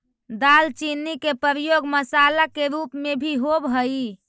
दालचीनी के प्रयोग मसाला के रूप में भी होब हई